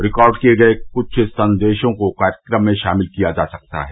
record किए गए कुछ संदेशों को कार्यक्रम में शामिल किया जा सकता है